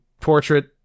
portrait